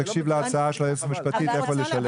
תקשיב להצעה של היועצת המשפטית איפה לשלב את זה.